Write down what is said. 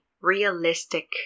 realistic